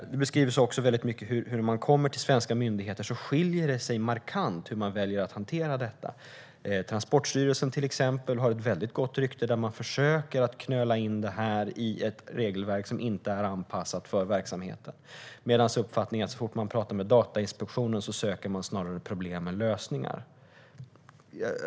Det beskrivs också mycket hur det skiljer sig markant hur olika svenska myndigheter väljer att hantera detta. Till exempel Transportstyrelsen har ett väldigt gott rykte. Man försöker där knöla in det här i ett regelverk som inte är anpassat för verksamheten, medan uppfattningen är att Datainspektionen snarare söker problem än lösningar.